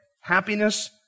happiness